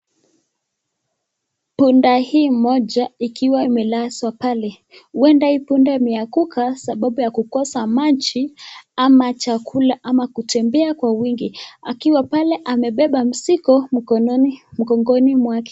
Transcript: Punda hii moja ikiwa imelazwa pale, uenda hii punda imeanguka sababu ya kukosa maji ama chakula ama kutembea kwa wingi, akiwa pale amebeba mzigo mgongoni mwake.